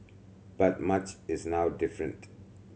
but much is now different